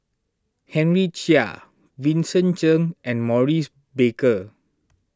Henry Chia Vincent Cheng and Maurice Baker